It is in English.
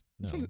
no